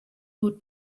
would